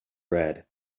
red